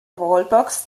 wallbox